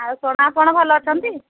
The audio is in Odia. ଆଉ ଆପଣ ଭଲ ଅଛନ୍ତି